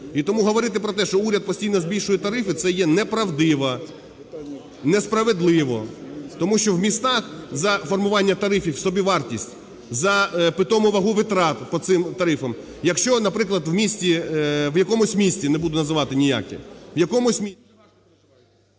І тому говорити про те, що уряд постійно збільшує тарифи, це є неправдиво, несправедливо. Тому що в містах за формування тарифів, собівартість, за питому вагу витрат по цим тарифам, якщо, наприклад, в місті, в якомусь місті, не буду називати ніяке, в якомусь…